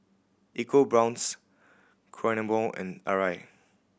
EcoBrown's Kronenbourg and Arai